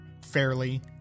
fairly